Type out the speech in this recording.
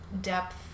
depth